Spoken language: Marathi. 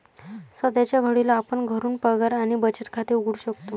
सध्याच्या घडीला आपण घरून पगार आणि बचत खाते उघडू शकतो